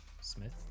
Smith